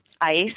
Ice